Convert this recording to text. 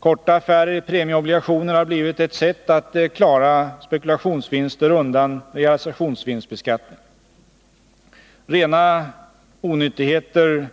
Korta affärer i premieobligationer har blivit ett sätt att klara spekulationsvinster undan realisationsvinstbeskattning. Rena onyttigheter